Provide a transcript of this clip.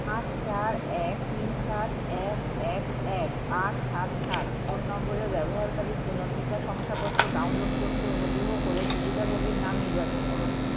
আট চার এক তিন সাত এক এক এক আট সাত সাত ফোন নম্বরের ব্যবহারকারীর জন্য টিকা শংসাপত্র ডাউনলোড করতে অনুগ্রহ করে সুবিধাভোগীর নাম নির্বাচন করুন